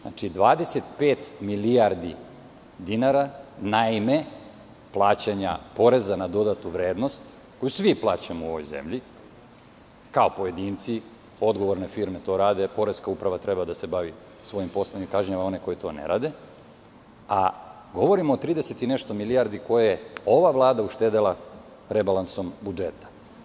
Dvadeset pet milijardi dinara na ime plaćanja PDV koji svi plaćamo u ovoj zemlji, kao pojedinci, odgovorne firme to rade, poreska uprava treba da se bavi svojim poslom i kažnjava one koji to ne rade, a govorim o trideset i nešto milijardi koje je ova vlada uštedela rebalansom budžeta.